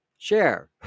Share